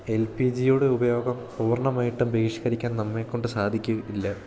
L പി ജിയുടെ ഉപയോഗം പൂർണ്ണമായിട്ടും ബഹിഷ്ക്കരിക്കാൻ നമ്മെക്കൊണ്ട് സാധിക്കുക ഇല്ല